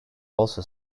also